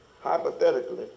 Hypothetically